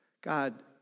God